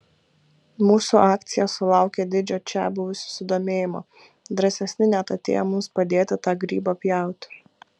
mūsų akcija sulaukė didžio čiabuvių susidomėjimo drąsesni net atėjo mums padėti tą grybą pjauti